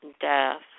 death